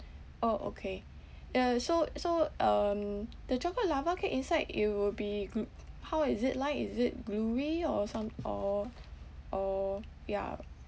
orh okay ya so so um the chocolate lava cake inside it will be glu~ how is it like is it gluey or some or or yeah